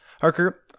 Harker